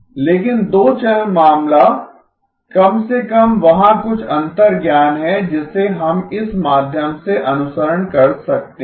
लेकिन दो चैनल मामला कम से कम वहाँ कुछ अंतर्ज्ञान है जिसे हम इस माध्यम से अनुसरण कर सकते है